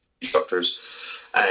instructors